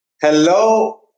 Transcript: Hello